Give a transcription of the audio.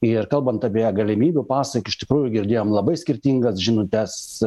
ir kalbant apie galimybių pasą iš tikrųjų girdėjom labai skirtingas žinutes